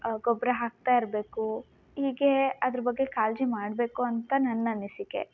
ಅ ಗೊಬ್ಬರ ಹಾಕ್ತಾಯಿರ್ಬೇಕು ಹೀಗೇ ಅದರ ಬಗ್ಗೆ ಕಾಳಜಿ ಮಾಡ್ಬೇಕು ಅಂತ ನನ್ನ ಅನಿಸಿಕೆ